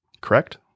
Correct